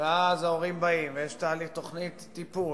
ואז ההורים באים ויש תוכנית טיפול,